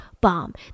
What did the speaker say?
bomb